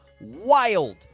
wild